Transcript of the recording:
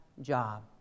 job